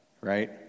right